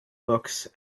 books